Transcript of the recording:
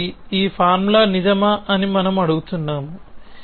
కాబట్టి ఈ ఫార్ములా నిజమా అని మనము అడుగుతున్నాము